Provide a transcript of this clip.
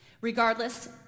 Regardless